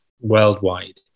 worldwide